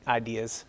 ideas